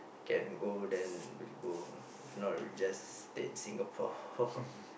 can go then will go if not will just stay in Singapore